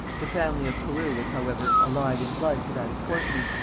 the family of carew was however allied in blood to that of courtney,